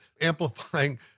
amplifying